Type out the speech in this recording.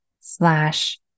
slash